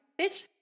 bitch